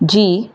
जी